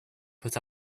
put